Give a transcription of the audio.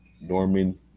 norman